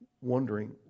wondering